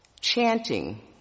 chanting